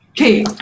Okay